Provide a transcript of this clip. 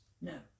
No